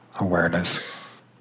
awareness